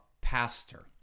pastor